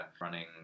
running